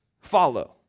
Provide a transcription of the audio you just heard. follow